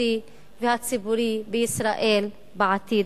התקשורתי והציבורי בישראל בעתיד.